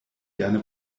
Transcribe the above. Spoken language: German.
gerne